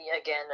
again